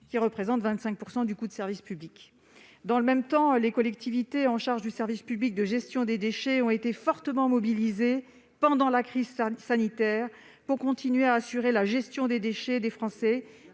qui représentent 25 % du coût du service public. Dans le même temps, les collectivités territoriales en charge du service public de gestion des déchets ont été fortement mobilisées pendant la crise sanitaire pour continuer à assurer la gestion des déchets des Français